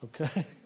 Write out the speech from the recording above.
okay